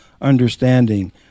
understanding